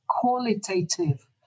Qualitative